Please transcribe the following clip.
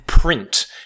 print